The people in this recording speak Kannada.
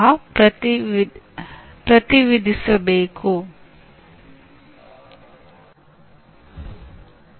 ಪ್ರತಿಯೊಬ್ಬ ವಿದ್ಯಾರ್ಥಿಯು ಇತರರಿಗಿಂತ ಭಿನ್ನವಾಗಿರುತ್ತಾನೆ